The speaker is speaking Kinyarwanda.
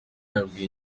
yabwiye